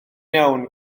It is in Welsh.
iawn